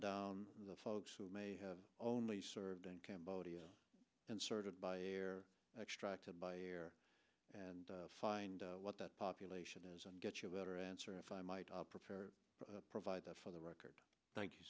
down the folks who may have only served in cambodia inserted by air extracted by air and find out what that population is and get you a better answer if i might provide that for the record thank you